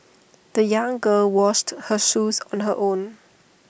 the young girl washed her shoes on her own